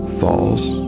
false